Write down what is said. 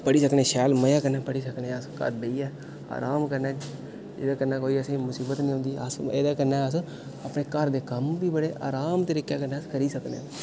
पढ़ी सकने शैल अस बड़ी मज़े कन्नै घर बेहियै आराम कन्नै एह्दे कन्नै कोई असेंगी मुसीबत निं औंदी ते एह्दे कन्नै अस अपने घर दे कम्म बी बड़े आराम तरीकै कन्नै अस करी सकने आं